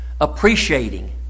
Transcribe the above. Appreciating